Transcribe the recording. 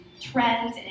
trends